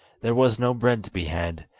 there was no bread to be had,